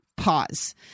pause